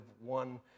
one